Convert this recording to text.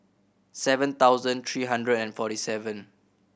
seven thousand three hundred and forty seven